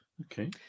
Okay